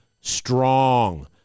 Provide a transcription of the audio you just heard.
strong